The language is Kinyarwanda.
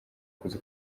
kuza